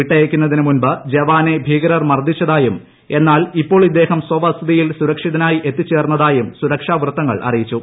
വിട്ടയയ്ക്കുന്നനിതു മുൻപ് ജവാനെ ഭീകരർ മർദ്ദിച്ചതായും എന്നാൽ ഇപ്പോൾ ഇദ്ദേഹം സവസതിയിൽ സുരക്ഷിതമായി എത്തിച്ചേർന്നതായും സുരക്ഷാ വൃത്തങ്ങൾ അറിയിച്ചു